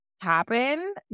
happen